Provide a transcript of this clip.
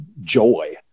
joy